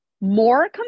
more